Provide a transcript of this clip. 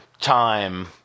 time